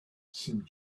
seemed